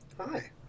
Hi